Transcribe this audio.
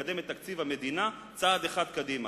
מקדם את תקציב המדינה צעד אחד קדימה?